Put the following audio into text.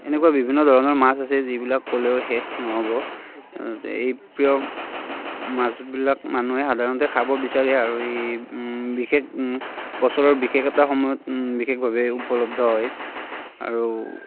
এনেকুৱা বিভিন্ন ধৰণৰ মাছ আছে যিবিলাক ক'লেও শেষ নহ'ব এই প্ৰিয় মাছবিলাক মানুহে সাধাৰণতে খাব বিচাৰে আৰু এই বিশেষ বছৰৰ বিশেষ এটা সময়ত বিশেষভাৱে উপলব্ধ হয় আৰু